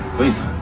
Please